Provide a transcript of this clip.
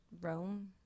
rome